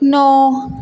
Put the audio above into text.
ਨੌਂ